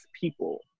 people